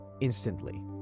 instantly